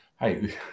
hey